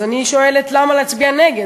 אז אני שואלת: למה להצביע נגד?